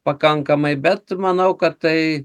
pakankamai bet manau kad tai